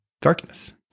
darkness